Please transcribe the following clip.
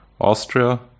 Austria